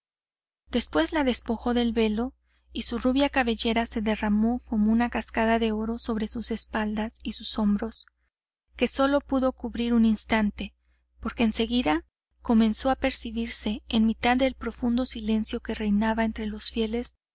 después la despojó del velo y su rubia cabellera se derramó como una cascada de oro sobre sus espaldas y sus hombros que sólo pudo cubrir un instante porque en seguida comenzó a percibirse en mitad del profundo silencio que reinaba entre los fieles